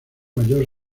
mayor